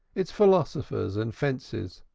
its philosophers and fences,